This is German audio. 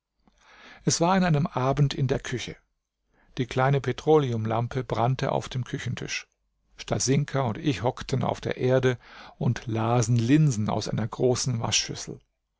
es war an einem abend in der küche die kleine petroleumlampe brannte auf dem küchentisch stasinka und ich hockten auf der erde und lasen linsen aus einer großen waschschüssel